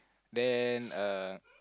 then uh